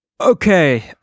okay